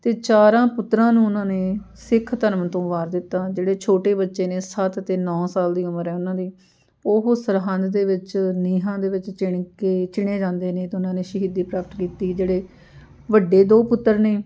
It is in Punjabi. ਅਤੇ ਚਾਰਾਂ ਪੁੱਤਰਾਂ ਨੂੰ ਉਹਨਾਂ ਨੇ ਸਿੱਖ ਧਰਮ ਤੋਂ ਵਾਰ ਦਿੱਤਾ ਜਿਹੜੇ ਛੋਟੇ ਬੱਚੇ ਨੇ ਸੱਤ ਅਤੇ ਨੌ ਸਾਲ ਦੀ ਉਮਰ ਹੈ ਉਹਨਾਂ ਦੀ ਉਹ ਸਰਹੰਦ ਦੇ ਵਿੱਚ ਨੀਹਾਂ ਦੇ ਵਿੱਚ ਚਿਣ ਕੇ ਚਿਣੇ ਜਾਂਦੇ ਨੇ ਅਤੇ ਉਹਨਾਂ ਨੇ ਸ਼ਹੀਦੀ ਪ੍ਰਾਪਤ ਕੀਤੀ ਜਿਹੜੇ ਵੱਡੇ ਦੋ ਪੁੱਤਰ ਨੇ